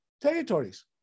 territories